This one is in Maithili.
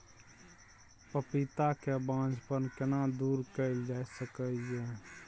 पपीता के बांझपन केना दूर कैल जा सकै ये?